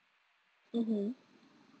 mmhmm